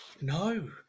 No